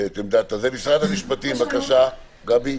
משרד המשפטים, בבקשה, גבי.